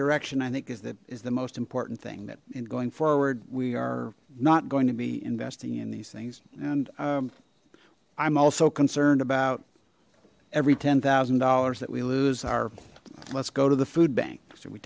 direction i think is that is the most important thing that in going forward we are not going to be investing in these things and i'm also concerned about every ten thousand dollars that we lose our let's go to the food bank